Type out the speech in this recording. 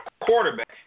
quarterback